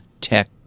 tech